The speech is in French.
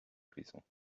frissons